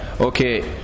okay